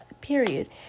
period